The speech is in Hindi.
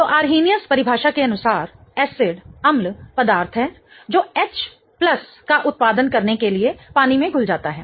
तो अर्नहेनियस परिभाषा के अनुसार एसिड अम्ल पदार्थ है जो H का उत्पादन करने के लिए पानी में घुल जाता है